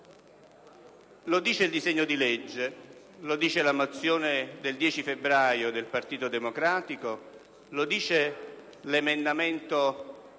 Lo dice il disegno di legge, come anche la mozione n. 87 del 10 febbraio del Partito Democratico; lo dice l'emendamento